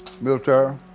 military